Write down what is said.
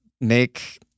make